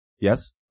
Yes